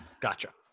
Gotcha